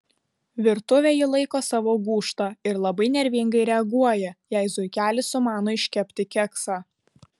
virtuvę ji laiko savo gūžta ir labai nervingai reaguoja jei zuikelis sumano iškepti keksą